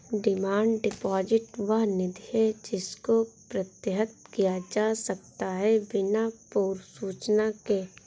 demand deposit वह निधि है जिसको प्रत्याहृत किया जा सकता है बिना पूर्व सूचना के